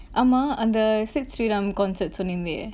ஆமா அந்த:aamaa antha sid sriram concert சொன்னீர்ந்தே:sonneernthae